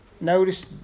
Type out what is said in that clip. Notice